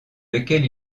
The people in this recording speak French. lequel